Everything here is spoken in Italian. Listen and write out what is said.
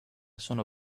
sono